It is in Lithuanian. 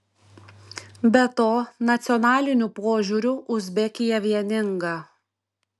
be to nacionaliniu požiūriu uzbekija vieninga